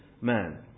man